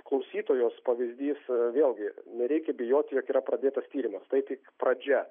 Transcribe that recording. klausytojos pavyzdys vėlgi nereikia bijoti jog yra pradėtas tyrimas tai tik pradžia